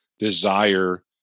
desire